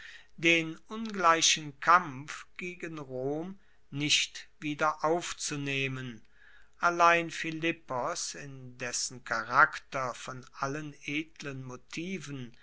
den ungleichen kampf gegen rom nicht wieder aufzunehmen allein philippos in dessen charakter von allen edlen motiven